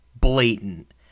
blatant